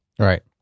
Right